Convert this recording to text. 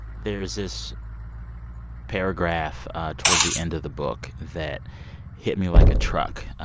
there's this paragraph towards the end of the book that hit me like a truck.